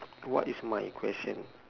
what is my question